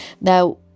Now